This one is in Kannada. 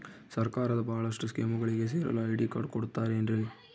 ಸರ್ಕಾರದ ಬಹಳಷ್ಟು ಸ್ಕೇಮುಗಳಿಗೆ ಸೇರಲು ಐ.ಡಿ ಕಾರ್ಡ್ ಕೊಡುತ್ತಾರೇನ್ರಿ?